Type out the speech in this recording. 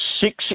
six